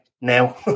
now